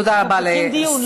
תודה רבה לשרה.